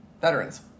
Veterans